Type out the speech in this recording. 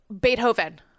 Beethoven